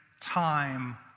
time